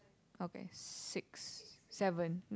okay six seven